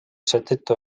seetõttu